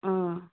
ꯑꯥ